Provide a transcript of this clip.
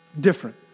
different